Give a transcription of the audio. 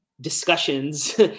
discussions